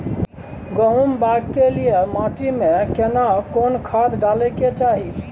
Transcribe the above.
गहुम बाग के लिये माटी मे केना कोन खाद डालै के चाही?